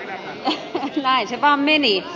näin se vaan meni